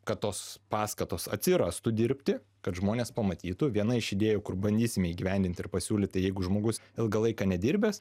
kad tos paskatos atsirastų dirbti kad žmonės pamatytų viena iš idėjų kur bandysime įgyvendinti ir pasiūlyti jeigu žmogus ilgą laiką nedirbęs